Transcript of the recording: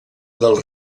del